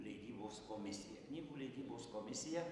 leidybos komisija knygų leidybos komisija